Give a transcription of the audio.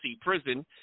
prison